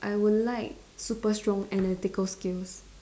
I would like super strong analytical skills